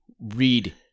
read